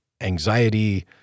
anxiety